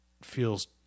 feels